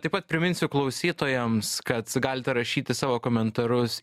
taip pat priminsiu klausytojams kad galite rašyti savo komentarus